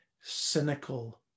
cynical